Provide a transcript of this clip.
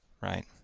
right